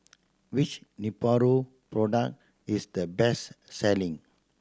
which Nepro product is the best selling